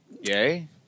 Yay